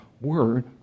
word